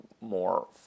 more